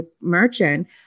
merchant